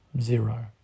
Zero